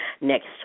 next